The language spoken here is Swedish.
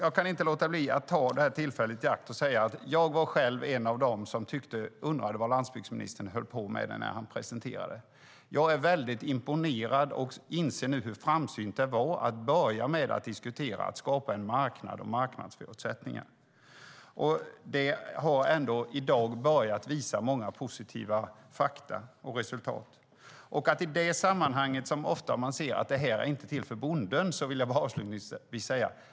Jag kan inte låta bli att ta tillfället i akt att säga att jag själv var en av dem som undrade vad landsbygdsministern höll på med när han presenterade det. Jag är väldigt imponerad och inser nu hur framsynt det var att börja med att diskutera att skapa en marknad och marknadsförutsättningar. Det har i dag visat många positiva fakta och resultat. I det sammanhanget säger man ofta att det inte är till för bonden.